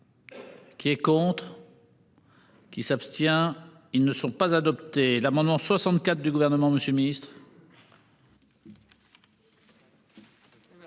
Qui est contre.-- Qui s'abstient. Ils ne sont pas adopté l'amendement 64 du gouvernement, Monsieur le Ministre.--